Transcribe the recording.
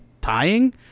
tying